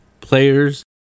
players